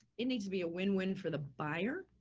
it needs to be a win win for the buyer,